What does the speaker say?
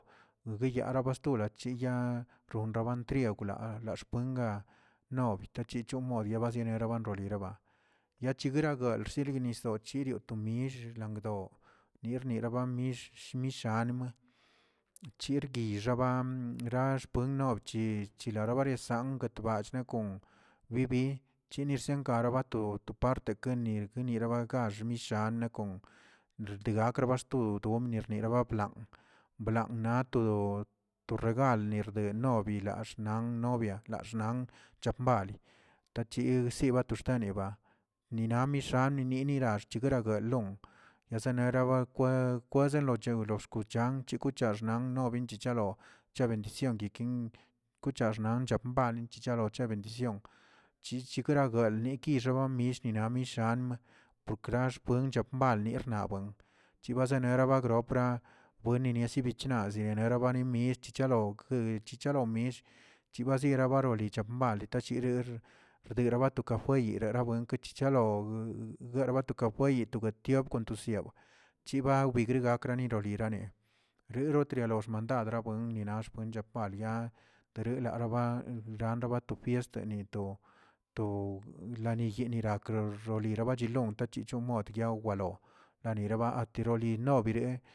Noviyara bastola chiyaa ronrabatriakw laa laxpuegaa mod tachichon mod nero bararinraba, yachira galdch yignisio chirioꞌ tomix langdoo nignira bam mill shmishamə, chirgui xaba xa xpuen nobch chilari barasangə bach nakon bibi yinirsin karabat goto parte ken yekenire bagaxj yishanekon, rekregak bastun gordum nierabalan blan nato to regal norde nobilaa xnan nobia laa xnan xhakbali, tachi chsiba to xtenioꞌ ninamisha nimina xchegueralon eneraba ch- chkweze lochenlon kuchan che kucha xnan cheben chuchalon che bendicioni kucham xban checha xbali woche bendición, chixebal chich amishina- mishamə puklaxpuencho malni xnabuen, chibazenebagrop bueneni sbichna zinenerababin yiche chalog chichelamill chibaziera baroli malitashiri drirak to kafey rirabuenki chichalo bueregato to kafeyet tiop kon tisiaw chiba wbigrigak linrorarene lerotria xmandad na buen li xnax buecha lia teraralara ranraba to fiest gnieto to laniyee nirakrə oliro bachilonta lichon mod guiawagwala laniroba ati linobire.